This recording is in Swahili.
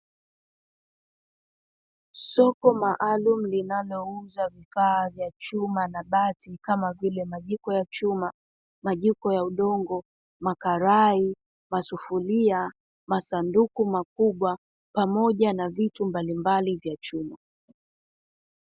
Soko maalumu linalouza vifaa vya chuma na bati kama vile: majiko ya chuma, majiko ya udongo, makarai, masufuria, masanduku makubwa pamoja na vitu mbalimbali vya chuma.